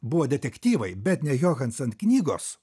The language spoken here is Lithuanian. buvo detektyvai bet ne johnsen knygos